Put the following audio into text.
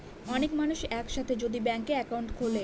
অনেক মানুষ এক সাথে যদি ব্যাংকে একাউন্ট খুলে